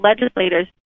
legislators